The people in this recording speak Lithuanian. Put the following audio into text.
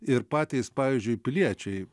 ir patys pavyzdžiui piliečiai